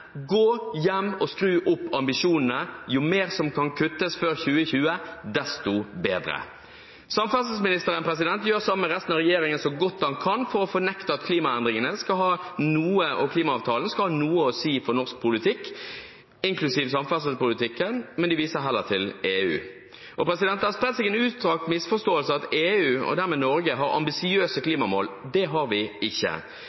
Gå hjem og skru opp ambisjonene! Jo mer som kan kuttes før 2020, desto bedre. Samferdselsministeren gjør, sammen med resten av regjeringen, så godt han kan for å fornekte at klimaendringene og klimaavtalen skal ha noe å si for norsk politikk, inklusiv samferdselspolitikken – de viser heller til EU. Det har spredt seg en utstrakt misforståelse om at EU – og dermed Norge – har ambisiøse klimamål. Det har vi ikke.